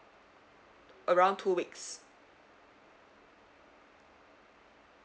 around two weeks